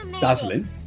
dazzling